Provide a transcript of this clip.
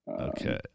Okay